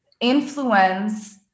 influence